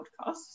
podcasts